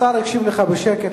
השר הקשיב לך בשקט.